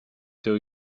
till